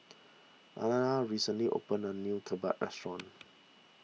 Alannah recently opened a new Kimbap restaurant